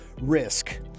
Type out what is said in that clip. risk